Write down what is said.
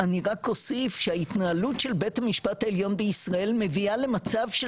אני רק אוסיף שההתנהלות של בית המשפט העליון בישראל מביאה למצב של